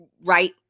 right